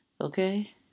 Okay